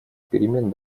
перемен